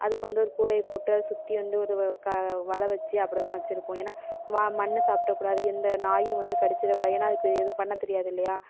அதுக்கு வந்து ஒரு கூடையை போட்டு அதை சுற்றி வந்து ஒரு க வலை வச்சு அப்படிதான் வச்சிருப்போம் ஏன்னா வா மண் சாப்பிட்றக்கூடாது எந்த நாயும் வந்து கடிச்சிடக்கூடாது ஏன்னா அதுக்கு எதுவும் பண்ணத்தெரியாது இல்லையா